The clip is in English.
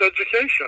education